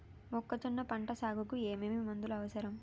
మొక్కజొన్న పంట సాగుకు ఏమేమి మందులు అవసరం?